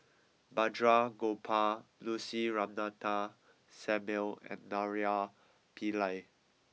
Balraj Gopal Lucy Ratnammah Samuel and Naraina Pillai